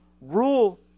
rule